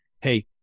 hey